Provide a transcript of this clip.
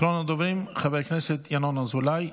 אחרון הדוברים, חבר הכנסת ינון אזולאי,